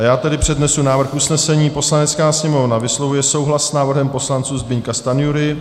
Já tedy přednesu návrh usnesení: Poslanecká sněmovna vyslovuje souhlas s návrhem poslanců Zbyňka Stanjury...